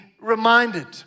reminded